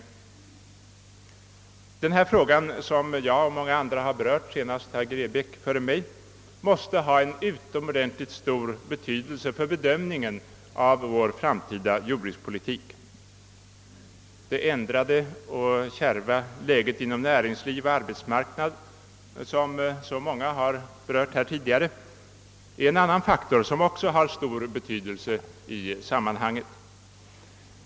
Frågan om den globala efterfrågan och tillgången på livsmedel, som många före mig och nu senast herr Grebäck har pekat på, måste ha utomordentligt stor betydelse för bedömningen av vår framtida jordbrukspolitik. Det ändrade och kärva läget på arbetsmarknaden, som också berörts tidigare i denna debatt, är en annan betydelsefull faktor i sammanhanget.